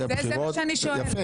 היו בחירות --- זה מה שאני שואלת,